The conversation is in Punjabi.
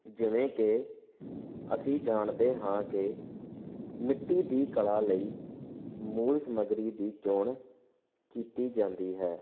ਜਿਵੇਂ ਕਿ ਅਸੀਂ ਜਾਣਦੇ ਹਾਂ ਕਿ ਮਿੱਟੀ ਦੀ ਕਲਾ ਲਈ ਮੂਲ ਸਮਗਰੀ ਦੀ ਚੋਣ ਕੀਤੀ ਜਾਂਦੀ ਹੈ